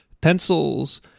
pencils